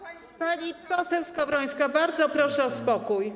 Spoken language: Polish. Pani poseł Skowrońska, bardzo proszę o spokój.